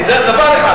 זה דבר אחד.